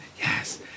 yes